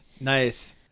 Nice